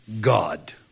God